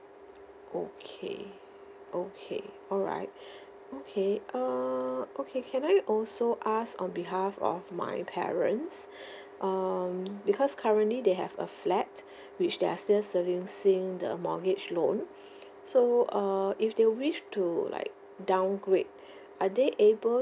okay okay alright okay err okay can I also ask on behalf of my parents um because currently they have a flat which they are still servicing the mortgage loan so err if they wish to like downgrade are they able